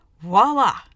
Voila